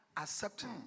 accepting